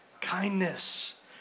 Kindness